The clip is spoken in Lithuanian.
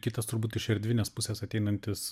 kitas turbūt iš erdvinės pusės ateinantis